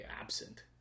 absent